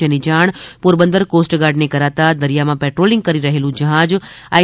જેની જાણ પોરબંદર કોસ્ટગાર્ડને કરાતાં દરિયામાં પેટ્રોલિંગ કરી રહેલું જહાજ આઇ